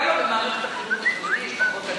למה במערכת החינוך החרדי יש פחות אלימות,